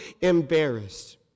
embarrassed